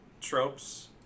tropes